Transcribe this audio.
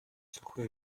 зөвхөн